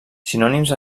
sinònims